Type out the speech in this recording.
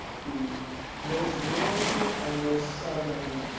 the most northern and most southern